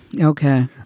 Okay